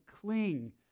cling